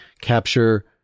capture